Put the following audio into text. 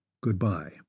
Goodbye